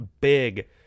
big